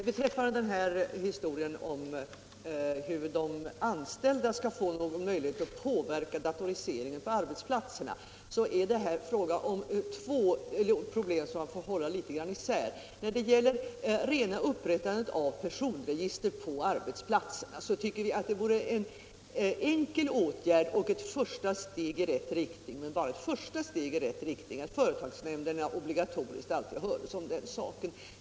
Herr talman! När det gäller hur de anställda skall få någon möjlighet att påverka datoriseringen av arbetsplatserna är det här fråga om två problem som man får hålla isär. När det gäller upprättandet av personregister på arbetsplatserna tycker vi att det vore en enkel åtgärd och ett första steg i rätt riktning - men bara ett första steg — att företagsnämnderna obligatoriskt hördes.